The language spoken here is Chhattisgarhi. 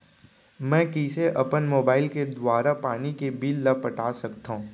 मैं कइसे अपन मोबाइल के दुवारा पानी के बिल ल पटा सकथव?